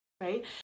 right